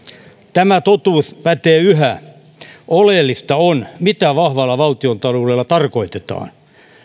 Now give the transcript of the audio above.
tämä totuus pätee yhä oleellista on mitä vahvalla valtiontaloudella tarkoitetaan